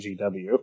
GW